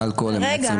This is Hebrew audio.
אלכוהול --- רגע.